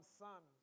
son